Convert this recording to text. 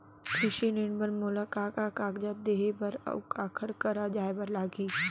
कृषि ऋण बर मोला का का कागजात देहे बर, अऊ काखर करा जाए बर लागही?